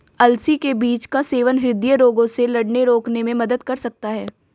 अलसी के बीज का सेवन हृदय रोगों से लड़ने रोकने में मदद कर सकता है